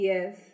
Yes